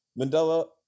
Mandela